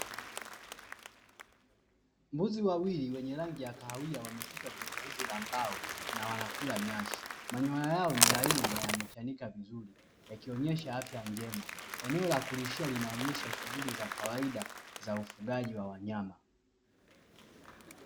Mbuzi wawili, wenye rangi ya kahawia wanafugwa kwenye zizi la mbao na wanakula nyasi. Manyoya yao ni laini na yamechanika vizuri, yakionesha afya njema. Eneo la kulishia linaonesha shughuli za kawaida za ufugaji wa wanyama.